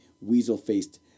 weasel-faced